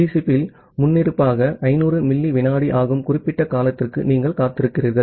TCP இல் முன்னிருப்பாக 500 milli விநாடி ஆகும் குறிப்பிட்ட காலத்திற்கு நீங்கள் காத்திருக்கிறீர்கள்